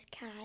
Kai